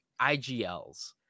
IGLs